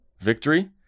victory